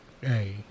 Hey